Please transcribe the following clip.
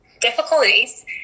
difficulties